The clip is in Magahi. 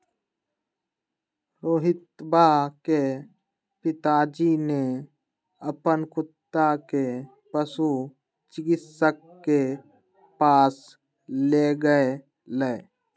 रोहितवा के पिताजी ने अपन कुत्ता के पशु चिकित्सक के पास लेगय लय